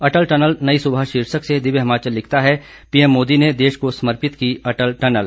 अटल tunnel नई सुबह शीर्षक से दिव्य हिमाचल ने लिखता है पीएम मोदी ने देश को समर्पित की अटल टनल